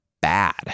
bad